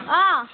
অঁ